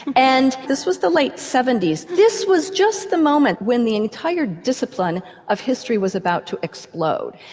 and this was the late seventy s. this was just the moment when the entire discipline of history was about to explode.